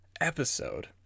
episode